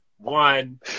One